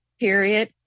Period